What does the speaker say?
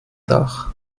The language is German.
dach